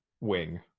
wing